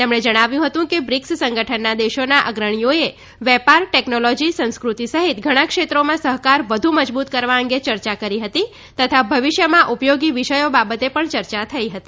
તેમણે જણાવ્યું હતું કે બ્રિકસ સંગઠનના દેશોના અગ્રણીઓએ વેપાર ટેકનોલોજી સંસ્કૃતિ સહિત ઘણા ક્ષેત્રોમાં સહકાર વધુ મજબુત કરવા અંગે ચર્ચા કરી હતી તથા ભવિષ્યમાં ઉપયોગી વિષયો બાબતે પણ ચર્ચા થઇ હતી